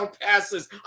passes